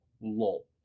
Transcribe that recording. Lol